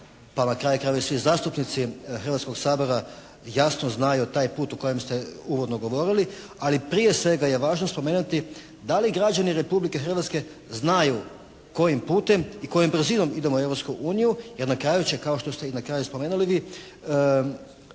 na kraju krajeva i svi zastupnici Hrvatskoga sabora jasno znaju taj put o kojem ste uvodno govorili, ali prije svega je važno spomenuti da li građani Republike Hrvatske znaju kojim putem i kojom brzinom idemo u Europsku uniju jer na kraju će kao što ste i na kraju spomenuli vi,